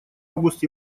август